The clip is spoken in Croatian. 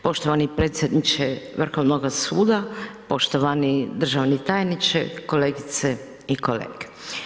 Poštovani predsjedniče Vrhovnoga suda, poštovani državni tajniče, kolegice i kolege.